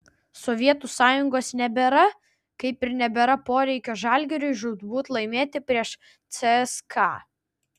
sovietų sąjungos nebėra kaip ir nebėra poreikio žalgiriui žūtbūt laimėti prieš cska